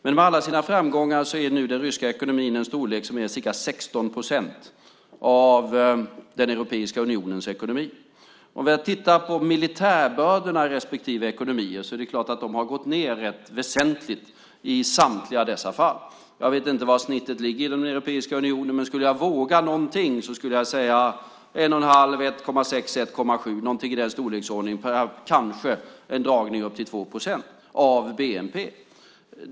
Men med alla sina framgångar är nu den ryska ekonomin av en storlek som är ca 16 procent av Europeiska unionens ekonomi. Sett till militärbördorna i respektive ekonomier är det klart att de har gått ned rätt väsentligt i samtliga dessa fall. Jag vet inte var snittet ligger i Europeiska unionen. Men skulle jag våga mig på att säga någonting så skulle jag säga 1,5, 1,6 eller 1,7 procent - någonting i den storleksordningen, kanske en dragning upp till 2 procent av bnp.